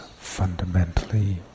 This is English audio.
fundamentally